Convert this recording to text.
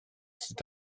sut